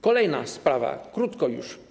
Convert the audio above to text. Kolejna sprawa, krótko już.